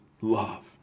love